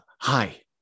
Hi